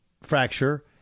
fracture